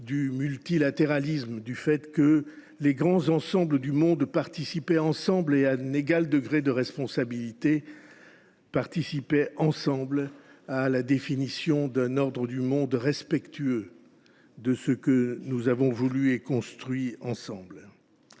du multilatéralisme, du fait que les grands ensembles du monde, à un égal degré de responsabilité, participaient ensemble à la définition d’un ordre mondial respectueux de ce que nous avons voulu et construit ensemble.